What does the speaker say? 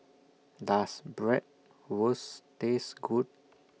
Does Bratwurst Taste Good